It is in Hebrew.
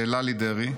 ללי דרעי,